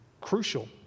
crucial